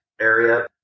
area